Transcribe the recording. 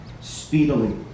speedily